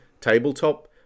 tabletop